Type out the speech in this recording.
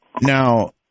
Now